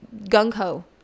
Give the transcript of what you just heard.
gung-ho